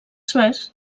suez